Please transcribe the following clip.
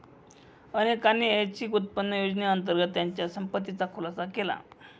अनेकांनी ऐच्छिक उत्पन्न योजनेअंतर्गत त्यांच्या संपत्तीचा खुलासा केला